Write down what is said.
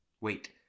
Wait